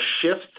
shift